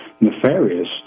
nefarious